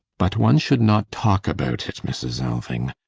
but one should not talk about it, mrs. alving.